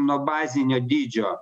nuo bazinio dydžio